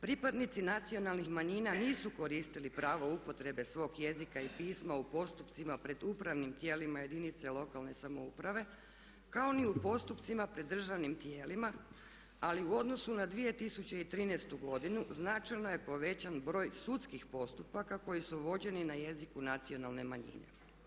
Pripadnici nacionalnih manjina nisu koristili pravo upotrebe svog jezika i pisma u postupcima pred upravnim tijelima jedinica lokalne samouprave kao ni u postupcima pred državnim tijelima ali u odnosu na 2013. godinu značajno je povećan broj sudskih postupaka koji su vođeni na jeziku nacionalne manjine.